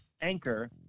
Anchor